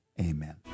Amen